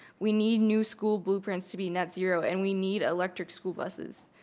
we need new school blueprints to be net zero and we need electric school buses.